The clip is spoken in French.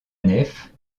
nef